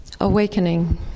Awakening